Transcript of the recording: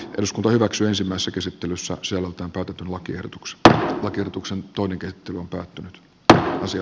eduskunta hyväksyisimmassa käsittelyssä zolalta otetun lakiehdotuksesta oikeutuksen tuotekehittely on päätynyt pääosin